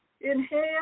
Inhale